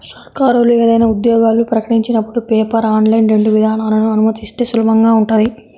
సర్కారోళ్ళు ఏదైనా ఉద్యోగాలు ప్రకటించినపుడు పేపర్, ఆన్లైన్ రెండు విధానాలనూ అనుమతిస్తే సులభంగా ఉంటది